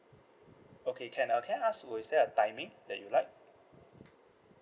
okay can uh can I ask was there a timing that you like